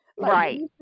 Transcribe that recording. Right